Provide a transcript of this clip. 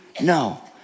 No